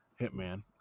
Hitman